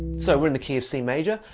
so we're in the key of c major.